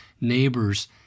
neighbors